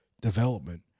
development